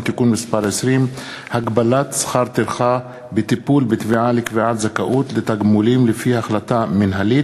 ותועבר להמשך דיון בוועדת החינוך,